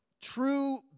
true